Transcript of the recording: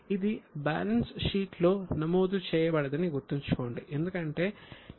ఇది బ్యాలెన్స్ షీట్లో నమోదు చేయబడదని గుర్తుంచుకోండి ఎందుకంటే ఇది కూడా ఆదాయ అంశం